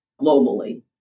globally